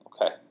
Okay